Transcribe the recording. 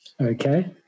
okay